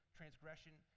transgression